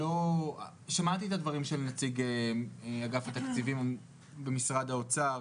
שמעתי את הדברים של נציג אגף התקציבים במשרד האוצר,